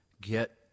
get